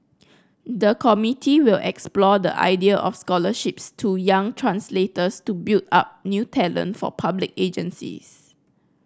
the committee will explore the idea of scholarships to young translators to build up new talent for public agencies